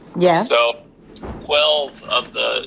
yeah so twelve of the